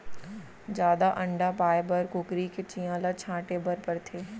जादा अंडा पाए बर कुकरी के चियां ल छांटे बर परथे